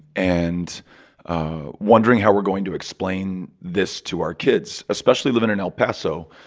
and wondering how we're going to explain this to our kids, especially living in el paso,